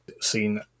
seen